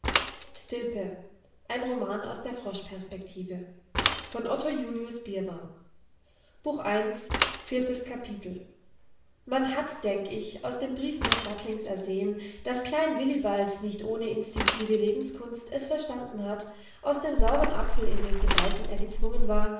man hat denk ich aus den briefen des battlings ersehen daß klein willibald nicht ohne instinktive lebenskunst es verstanden hat aus dem sauren apfel in den zu beißen er gezwungen war